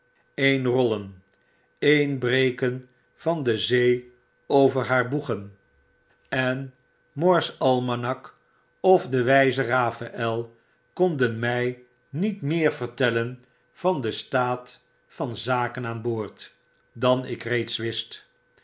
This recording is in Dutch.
een dorapeling e'e'n rollen een breken van de zee over haar boegen en moore's almanak of de wyze raphael konden my niet meer vertellen van den staat van zaken aan boord dan ik reeds wist